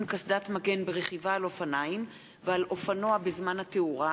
קסדת מגן ברכיבה על אופניים ועל אופנוע בזמן התאורה),